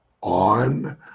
on